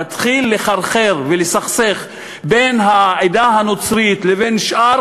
להתחיל לחרחר ולסכסך בין העדה הנוצרית לבין שאר